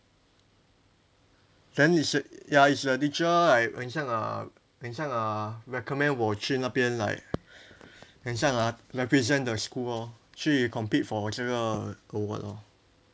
then it's a ya it's the teacher like 很像 uh 很像 uh recommend 我去那边 like 很像 ah represent the school lor 去 compete for 这个 award lor